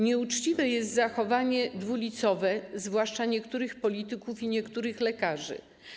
Nieuczciwe jest zachowanie dwulicowe, zwłaszcza niektórych polityków i niektórych lekarzy.